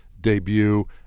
debut